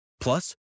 Plus